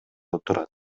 отурат